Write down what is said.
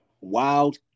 wild